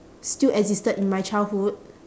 still existed in my childhood